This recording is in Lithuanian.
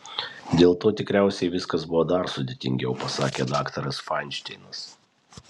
dėl to tikriausiai viskas buvo dar sudėtingiau pasakė daktaras fainšteinas